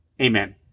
Amen